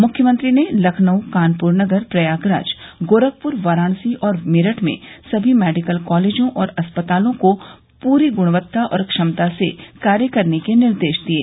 मुख्यमंत्री ने लखनऊ कानपुर नगर प्रयागराज गोरखपुर वाराणसी और मेरठ में समी मेडिकल कॉलेज और अस्पतालों को पूरी गुणवत्ता और क्षमता से कार्य करने के निर्देश दिये